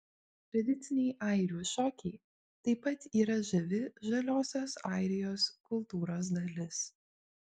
tradiciniai airių šokiai taip pat yra žavi žaliosios airijos kultūros dalis